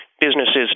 businesses